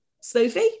Sophie